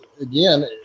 again